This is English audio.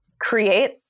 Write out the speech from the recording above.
create